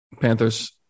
Panthers